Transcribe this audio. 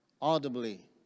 audibly